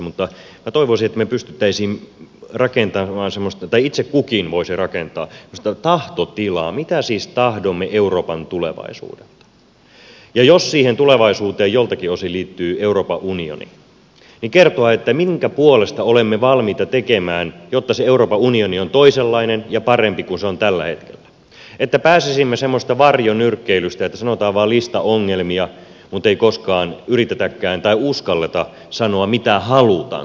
mutta minä toivoisin että itse kukin voisi rakentaa semmoista tahtotilaa mitä siis tahdomme euroopan tulevaisuudelta ja jos siihen tulevaisuuteen joltakin osin liittyy euroopan unioni niin voisi kertoa mitä sen puolesta olemme valmiita tekemään jotta se euroopan unioni on toisenlainen ja parempi kuin se on tällä hetkellä niin että pääsisimme semmoisesta varjonyrkkeilystä että sanotaan vain lista ongelmia mutta ei koskaan yritetäkään tai uskalleta sanoa mitä halutaan